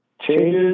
changes